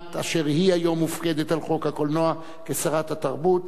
אשר היום מופקדת על חוק הקולנוע כשרת התרבות,